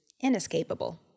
inescapable